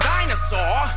Dinosaur